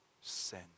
sin